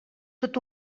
tot